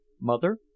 Mother